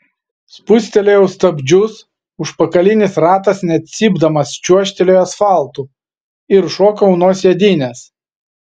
spustelėjau stabdžius užpakalinis ratas net cypdamas čiuožtelėjo asfaltu ir šokau nuo sėdynės